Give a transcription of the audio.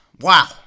Wow